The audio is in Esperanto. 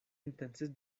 intencis